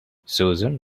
susan